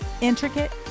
Intricate